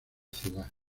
ciudad